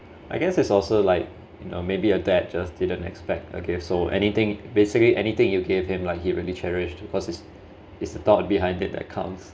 I guess is also like you know maybe a dad just didn't expect a gift so anything basically anything you gave him lah he really cherished cause is is the thought behind it that counts